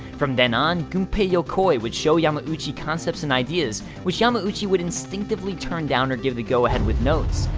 from then on, gunpei yokoi would show yamauchi concepts and ideas, which yamauchi would instinctively turn down or give the go-ahead with notes.